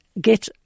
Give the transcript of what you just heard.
get